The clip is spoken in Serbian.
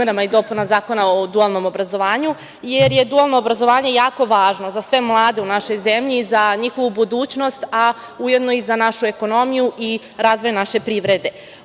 i dopunama Zakona o dualnom obrazovanju, jer je dualno obrazovanje jako važno za sve mlade u našoj zemlji, za njihovu budućnost, a ujedno i za našu ekonomiju i razvoj naše privrede. Osnovni